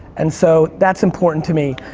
and so that's important to me.